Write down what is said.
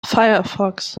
firefox